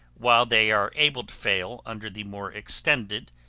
while they are able to fail under the more extended,